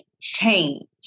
change